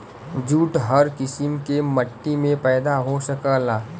jute हर किसिम के मट्टी में पैदा हो सकला